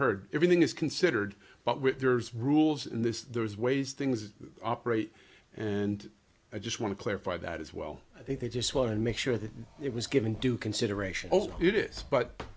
heard everything is considered but with there's rules in this there's ways things operate and i just want to clarify that as well i think they just want to make sure that it was given due consideration it is but